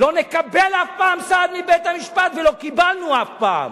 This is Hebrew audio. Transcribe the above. לא נקבל אף פעם סעד מבית-המשפט ולא קיבלנו אף פעם.